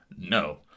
no